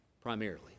primarily